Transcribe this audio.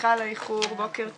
בוקר טוב.